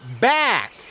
back